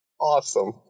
Awesome